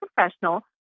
professional